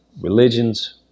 religions